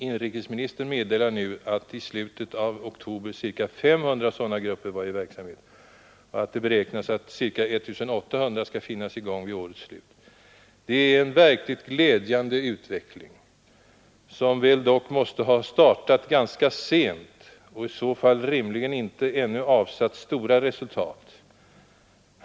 Inrikesministern meddelar nu att i slutet av oktober ca 500 sådana grupper var i verksamhet och att det beräknas att ca 1 800 skall finnas i gång vid årets slut. Det är en verkligt glädjande utveckling som väl dock måste ha startat ganska sent och i så fall rimligen inte ännu avsatt stora resultat.